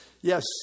Yes